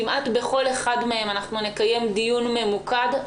כמעט בכל אחד מהם אנחנו נקיים דיון ממוקד.